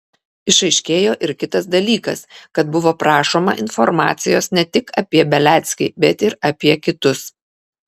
išaiškėjo ir kitas dalykas kad buvo prašoma informacijos ne tik apie beliackį bet ir apie kitus